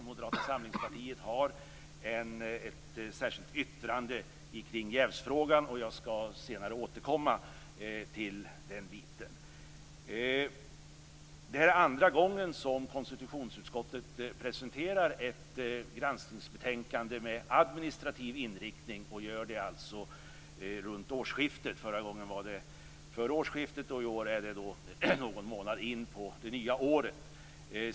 Moderata samlingspartiet har avgett ett särskilt yttrande kring jävsfrågan och jag skall senare återkomma till den. Det är andra gången som konstitutionsutskottet runt årsskiftet presenterar ett granskningsbetänkande med administrativ inriktning. Förra gången var det vid förra årsskiftet och i år är det någon månad in på det nya året.